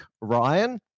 Ryan